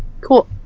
Cool